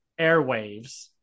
airwaves